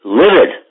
livid